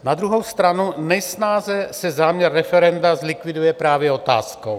Na druhou stranu nejsnáze se záměr referenda zlikviduje právě otázkou.